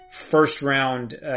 first-round